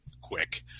quick